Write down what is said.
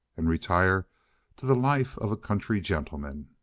and retire to the life of a country gentleman.